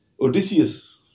Odysseus